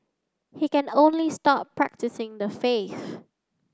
he can only stop practising the faith